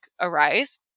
arise